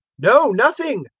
no, nothing,